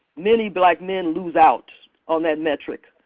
many black men lose out on that metric.